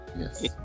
yes